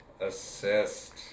Assist